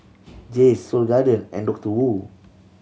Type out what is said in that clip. Jays Seoul Garden and Doctor Wu